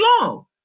long